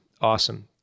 Awesome